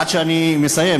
עד שאני מסיים,